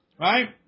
Right